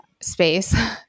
space